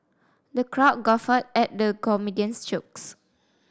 the crowd guffawed at the comedian's jokes